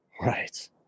Right